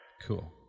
cool